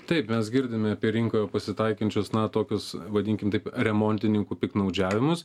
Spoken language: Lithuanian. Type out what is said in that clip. taip mes girdime apie rinkoje pasitaikančius na tokius vadinkim taip remontininkų piktnaudžiavimus